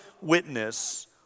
witness